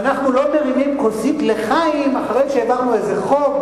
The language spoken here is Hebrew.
ואנחנו לא מרימים כוסית "לחיים" אחרי שהעברנו איזה חוק,